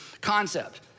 concept